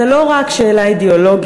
זו לא רק שאלה אידיאולוגית,